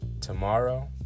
tomorrow